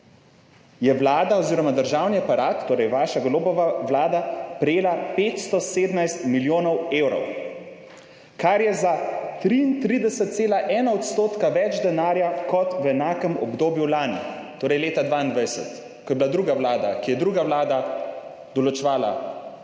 je Vlada oziroma državni aparat, torej vaša, Golobova vlada, prejela 517 milijonov evrov, kar je za 33,1 % več denarja kot v enakem obdobju lani, torej leta 2022, ko je bila druga vlada, ko je druga vlada določevala